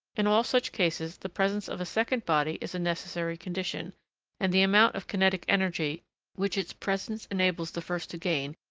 in all such cases, the presence of a second body is a necessary condition and the amount of kinetic energy which its presence enables the first to gain,